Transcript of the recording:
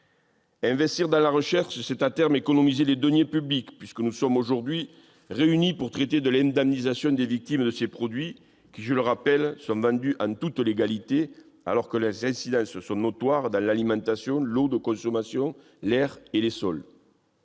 Investir dans la recherche, c'est à terme économiser les deniers publics, puisque nous sommes aujourd'hui réunis pour traiter de l'indemnisation des victimes de ces produits, qui, je le rappelle, sont vendus en toute légalité alors que leurs incidences sont notoires dans l'alimentation, l'eau de consommation, l'air et les sols.